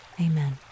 amen